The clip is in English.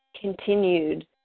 continued